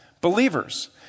believers